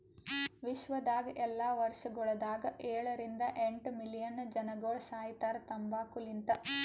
ವಿಶ್ವದಾಗ್ ಎಲ್ಲಾ ವರ್ಷಗೊಳದಾಗ ಏಳ ರಿಂದ ಎಂಟ್ ಮಿಲಿಯನ್ ಜನಗೊಳ್ ಸಾಯಿತಾರ್ ತಂಬಾಕು ಲಿಂತ್